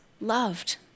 loved